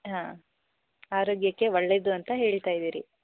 ಹಾಂ ಆರೋಗ್ಯಕ್ಕೆ ಒಳ್ಳೇದು ಅಂತ ಹೇಳ್ತಾ ಇದ್ದೀರಿ